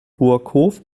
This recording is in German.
burghof